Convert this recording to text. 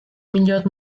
millors